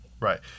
Right